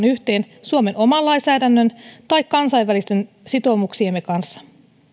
yhteen suomen oman lainsäädännön tai kansainvälisten sitoumuksiemme kanssa